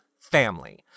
family